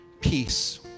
peace